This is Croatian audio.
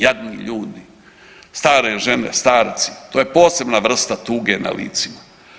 Jadni ljudi, stare žene, starci, to je posebna vrsta tuge na licima.